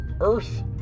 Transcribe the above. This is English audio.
earth